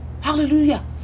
Hallelujah